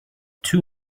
too